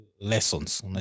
lessons